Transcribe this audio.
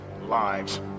lives